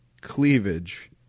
cleavage